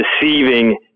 deceiving